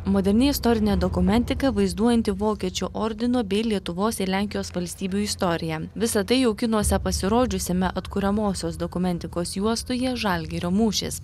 moderni istorinė dokumentika vaizduojanti vokiečių ordino bei lietuvos ir lenkijos valstybių istoriją visa tai jau kinuose pasirodžiusiame atkuriamosios dokumentikos juostoje žalgirio mūšis